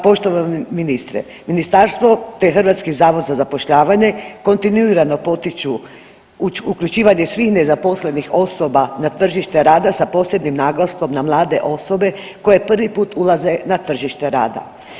Poštovani ministre, Ministarstvo te Hrvatski zavod za zapošljavanje kontinuirano potiču uključivanje svih nezaposlenih osoba na tržište rada sa posebnim naglaskom na mlade osobe koje prvi put ulaze na tržište rada.